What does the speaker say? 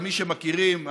למי שמכירים,